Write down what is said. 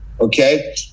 Okay